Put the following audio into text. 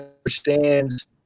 understands